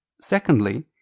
Secondly